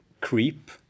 creep